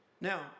Now